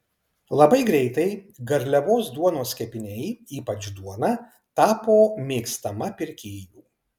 labai greitai garliavos duonos kepiniai ypač duona tapo mėgstama pirkėjų